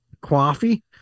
Coffee